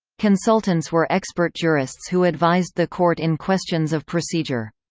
consultants were expert jurists who advised the court in questions of procedure.